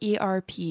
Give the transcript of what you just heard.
ERP